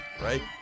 right